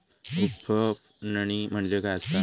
उफणणी म्हणजे काय असतां?